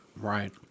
Right